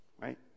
right